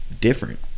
different